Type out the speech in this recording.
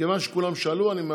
מכיוון שכולם שאלו, אני מאפשר.